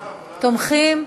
תומכים?